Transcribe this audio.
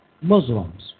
Muslims